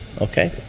Okay